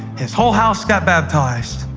his whole house got baptized,